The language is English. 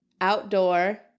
outdoor